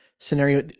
Scenario